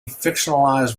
fictionalized